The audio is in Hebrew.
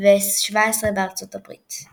ו-17 בארצות הברית.